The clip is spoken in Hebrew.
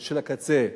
של הקצה,